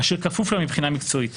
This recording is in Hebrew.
אשר כפוף לה מבחינה מקצועית.